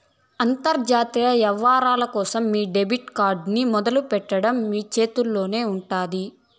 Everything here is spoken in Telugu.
అంతర్జాతీయ యవ్వారాల కోసం మీ డెబిట్ కార్డ్ ని మొదలెట్టడం మీ చేతుల్లోనే ఉండాది